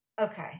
okay